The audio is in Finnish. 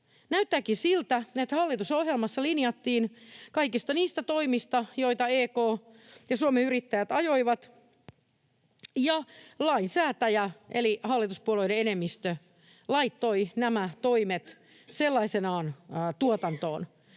Näyttääkin siltä, että hallitusohjelmassa linjattiin kaikista niistä toimista, joita EK ja Suomen Yrittäjät ajoivat, ja lainsäätäjä eli hallituspuolueiden enemmistö laittoi nämä toimet sellaisenaan tuotantoon.